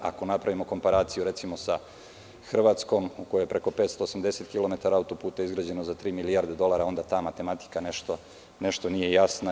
Ako napravimo komparaciju, recimo, sa Hrvatskom, u kojoj je preko 580 kilometara autoputa izgrađeno za tri milijarde dolara, onda ta matematika nešto nije jasna.